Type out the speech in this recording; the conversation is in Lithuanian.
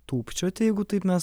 tūpčioti jeigu taip mes